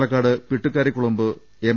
Palakkad Pittukkarikulambu M